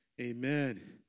amen